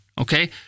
Okay